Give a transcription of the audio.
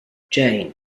jane